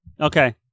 Okay